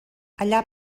allà